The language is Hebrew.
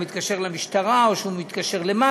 הוא מתקשר למשטרה או למד"א.